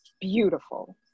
beautiful